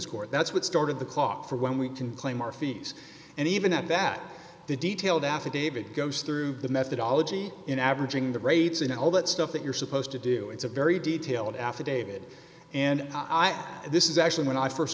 court that's what started the clock for when we can claim our fees and even at that the detailed affidavit goes through the methodology in averaging the grades and all that stuff that you're supposed to do it's a very detailed affidavit and i and this is actually when i